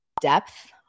depth